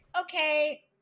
okay